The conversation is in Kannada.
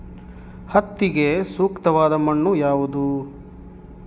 ಹತ್ತಿಗೆ ಸೂಕ್ತವಾದ ಮಣ್ಣು ಯಾವುದು?